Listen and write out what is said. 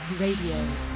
Radio